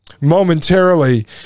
momentarily